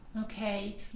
Okay